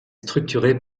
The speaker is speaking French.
structurée